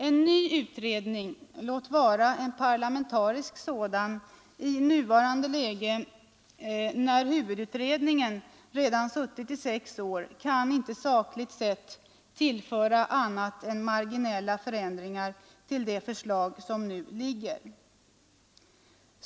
En ny utredning — låt vara en parlamentarisk sådan — i nuvarande läge, när huvudutredningen redan har suttit i sex år, kan inte sakligt sett tillföra annat än marginella förändringar till det förslag som nu föreligger.